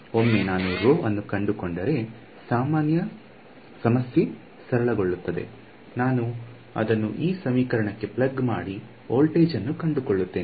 ಒಮ್ಮೆ ನಾನು ರೋ ಅನ್ನು ಕಂಡುಕೊಂಡರೆ ಸಮಸ್ಯೆ ಸರಳವಾಗುತ್ತದೆ ನಾನು ಅದನ್ನು ಈ ಸಮೀಕರಣಕ್ಕೆ ಪ್ಲಗ್ ಮಾಡಿ ವೋಲ್ಟೇಜ್ ಅನ್ನು ಕಂಡುಕೊಳ್ಳುತ್ತೇನೆ